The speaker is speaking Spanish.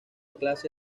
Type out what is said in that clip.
clase